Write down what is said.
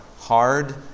hard